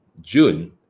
June